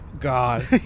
God